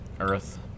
earth